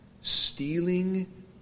stealing